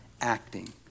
acting